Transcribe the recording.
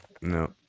No